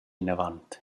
inavant